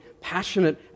passionate